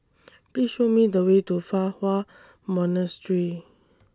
Please Show Me The Way to Fa Hua Monastery